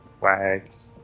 wags